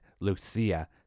Lucia